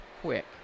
quick